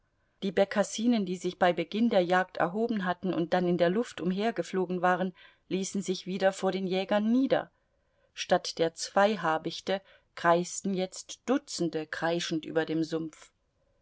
die bekassinen die sich bei beginn der jagd erhoben hatten und dann in der luft umhergeflogen waren ließen sich wieder vor den jägern nieder statt der zwei habichte kreisten jetzt dutzende kreischend über dem sumpf